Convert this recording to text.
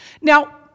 Now